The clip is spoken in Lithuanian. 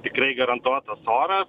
tikrai garantuotas oras